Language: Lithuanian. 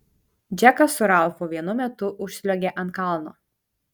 džekas su ralfu vienu metu užsliuogė ant kalno